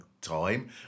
time